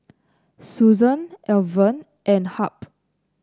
Susan Alvin and Hamp